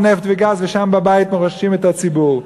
נפט וגז ושם בבית מרוששים את הציבור.